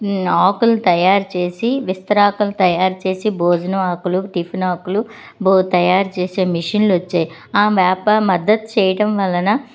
ఆకులు తయారుచేసి విస్తరాకులు తయారు చేసి భోజనం ఆకులు టిఫిన్ ఆకులు భో తయారు చేసే మిషన్లు వచ్చాయి ఆ వ్యాప మద్దతు చేయడం వలన